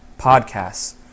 podcasts